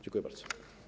Dziękuję bardzo.